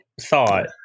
thought